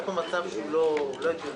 היה פה מצב לא הגיוני.